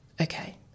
Okay